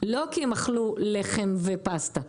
לא כי הם אכלו לחם ופסטה,